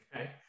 Okay